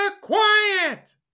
Quiet